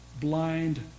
blind